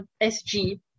SG